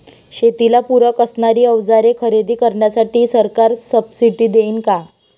शेतीला पूरक असणारी अवजारे खरेदी करण्यासाठी सरकार सब्सिडी देईन का?